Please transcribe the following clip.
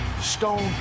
stone